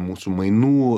mūsų mainų